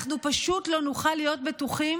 אנחנו פשוט לא נוכל להיות בטוחים